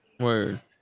Word